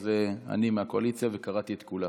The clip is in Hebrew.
אז אני מהקואליציה וקראתי את כולה.